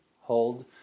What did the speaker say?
hold